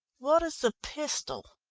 what is the pistol?